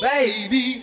Baby